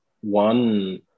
one